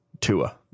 Tua